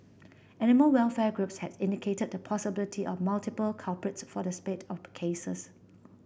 animal welfare groups had indicated the possibility of multiple culprits for the spate of cases